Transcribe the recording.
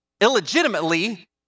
illegitimately